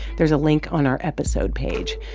there's a link on our episode page.